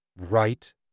right